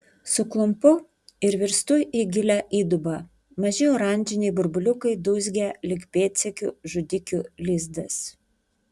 suklumpu ir virstu į gilią įdubą maži oranžiniai burbuliukai dūzgia lyg pėdsekių žudikių lizdas